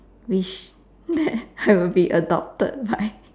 wish that I would be adopted by